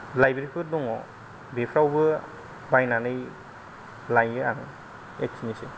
library फोर दङ बेफोरावबो बायनानै लायो आं बेखिनिसै